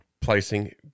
placing